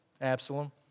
Absalom